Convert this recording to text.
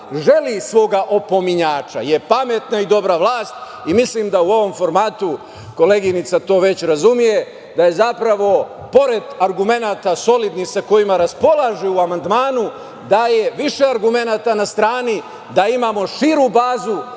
želi svoga opominjača je pametna i dobra vlast i mislim da u ovom formatu, koleginica to već razume da je, zapravo, pored argumenata solidnih sa kojima raspolaže u amandmanu da je više argumenata na strani da imamo širu bazu